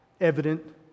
evident